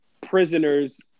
prisoners